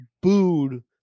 booed